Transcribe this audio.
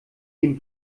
den